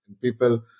People